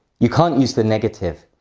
you can't use the negative.